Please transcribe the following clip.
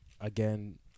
Again